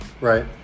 right